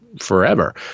forever